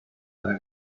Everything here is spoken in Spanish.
para